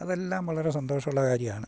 അതെല്ലാം വളരെ സന്തോഷമുള്ള കാര്യമാണ്